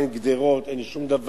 אין גדרות, אין שום דבר.